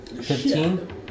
Fifteen